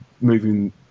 moving